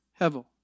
Hevel